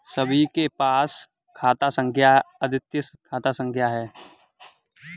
सभी के पास अद्वितीय खाता संख्या हैं